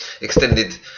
extended